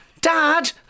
dad